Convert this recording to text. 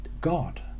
God